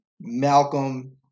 Malcolm